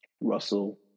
Russell